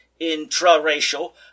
Intra-racial